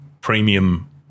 premium